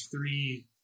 three